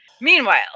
Meanwhile